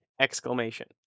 exclamation